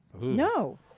No